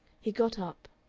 he got up.